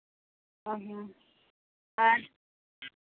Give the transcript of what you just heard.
ᱚ ᱦᱚᱸ ᱟᱨ